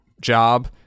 job